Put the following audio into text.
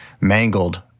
mangled